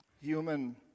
human